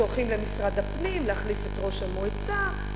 שולחים למשרד הפנים להחליף את ראש המועצה.